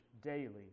daily